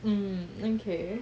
mm okay